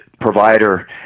provider